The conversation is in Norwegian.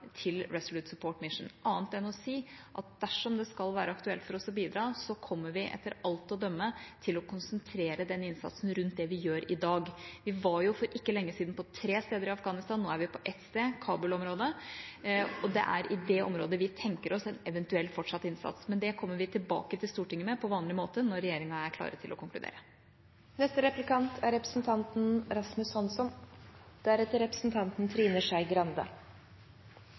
til Resolute Support mission annet enn å si at dersom det skal være aktuelt for oss å bidra, kommer vi etter alt å dømme til å konsentrere den innsatsen rundt det vi gjør i dag. Vi var for ikke lenge siden på tre steder i Afghanistan, nå er vi på ett sted, Kabul-området, og det er i det området vi tenker oss en eventuell fortsatt innsats, men det kommer vi tilbake til Stortinget med på vanlig måte når regjeringa er klar til å konkludere. Forsvarsministeren understreket betydningen av at Norge har et solid folkerettslig grunnlag for vår deltakelse i internasjonale operasjoner. Nå er